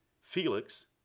Felix